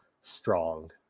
strong